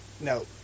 No